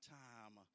time